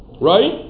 Right